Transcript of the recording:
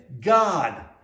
God